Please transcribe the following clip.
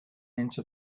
into